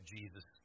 Jesus